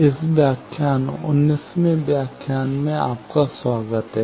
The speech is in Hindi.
इस व्याख्यान 19 वें व्याख्यान में आपका स्वागत है